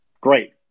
Great